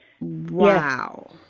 Wow